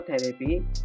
therapy